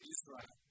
Israel